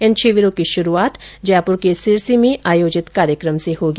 इन शिविरों की शुरूआत जयपुर के सिरसी में आयोजित कार्यक्रम से होगी